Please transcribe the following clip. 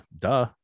duh